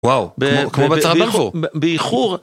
וואו, כמו בהצהרת בלפור ,באיחור